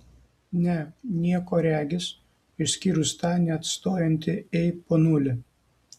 ne nieko regis išskyrus tą neatstojantį ei ponuli